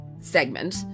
segment